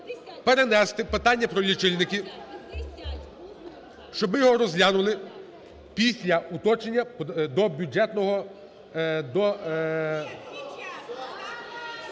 перенести питання про лічильники, щоб ми його розглянули після уточнення до Бюджетного,